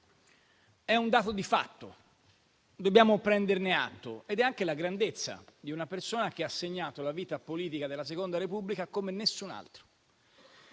è un dato di fatto di cui dobbiamo prendere atto ed è anche la grandezza di una persona che ha segnato la vita politica della Seconda Repubblica come nessun altro.